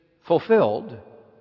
fulfilled